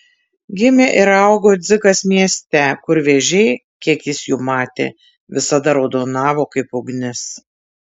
gimė ir augo dzikas mieste kur vėžiai kiek jis jų matė visada raudonavo kaip ugnis